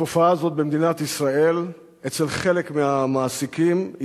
התופעה הזאת במדינת ישראל אצל חלק מהמעסיקים היא